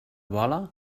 vola